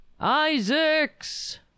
Isaacs